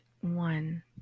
one